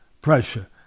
pressure